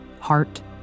heart